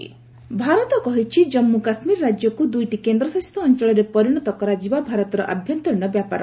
India ଚୀନ୍ ଭାରତ କହିଛି ଜନ୍ମୁ କାଶ୍ମୀର ରାଜ୍ୟକୁ ଦୁଇଟି କେନ୍ଦ୍ରଶାସିତ ଅଞ୍ଚଳରେ ପରିଣତ କରାଯିବା ଭାରତର ଆଭ୍ୟନ୍ତରୀଣ ବ୍ୟାପାର